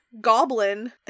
goblin